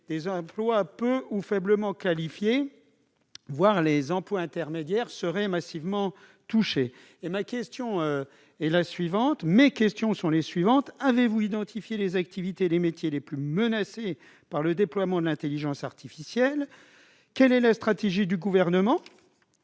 les emplois peu ou faiblement qualifiés, voire les emplois intermédiaires, seraient alors massivement touchés. Mes questions sont les suivantes, monsieur le secrétaire d'État. Avez-vous identifié les activités et les métiers les plus menacés par le déploiement de l'intelligence artificielle ? Quelle est la stratégie du Gouvernement à